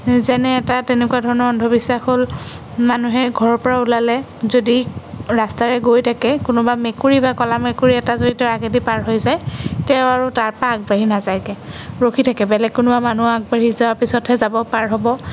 যেনে এটা তেনেকুৱা ধৰণৰ অন্ধবিশ্বাস হ'ল মানুহে ঘৰৰ পৰা ওলালে যদি ৰাস্তাৰে গৈ থাকে কোনোবা মেকুৰী বা ক'লা মেকুৰী এটা যদি তেওঁৰ আগেদি পাৰ হৈ যায় তেওঁ আৰু তাৰ পৰা আগবাঢ়ি নাযায়গৈ ৰখি থাকে বেলেগ কোনোবা মানুহ আগবাঢ়ি যাওঁক পিছতহে যাব পাৰ হ'ব